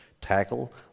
Tackle